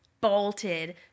bolted